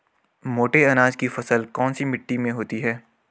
मोटे अनाज की फसल कौन सी मिट्टी में होती है?